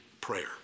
prayer